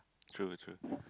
true true